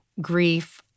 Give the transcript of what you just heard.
grief